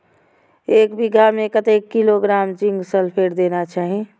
एक बिघा में कतेक किलोग्राम जिंक सल्फेट देना चाही?